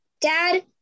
Dad